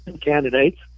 candidates